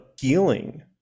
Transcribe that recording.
healing